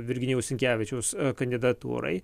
virginijaus sinkevičiaus kandidatūrai